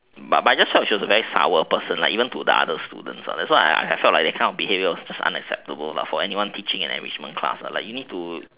but but I just felt she was very sour person like even to other students ah that's why I felt like the behavior was unacceptable to people teaching the enrichment class you need to